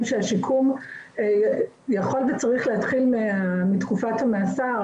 שהשיקום יכול וצריך להתחיל מתקופת המאסר,